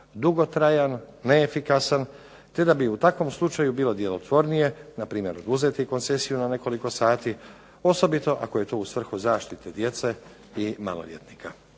dugotrajan, neefikasan te da bi u takvom slučaju bilo djelotvornije npr. oduzeti koncesiju na nekoliko sati, osobito ako je to u svrhu zaštite djece i maloljetnika.